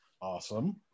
Awesome